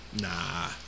Nah